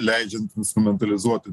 leidžiant instrumentalizuoti